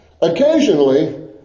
Occasionally